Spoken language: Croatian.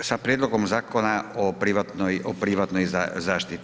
sa Prijedlogom Zakona o privatnoj zaštiti.